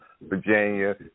Virginia